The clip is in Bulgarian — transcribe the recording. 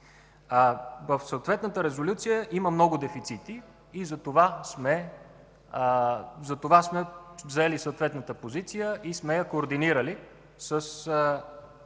В съответната Резолюция има много дефицити и затова сме заели съответната позиция и сме я координирали, като